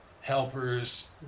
helpers